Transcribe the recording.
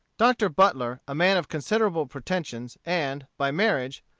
dr. butler, a man of considerable pretensions, and, by marriage,